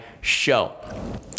show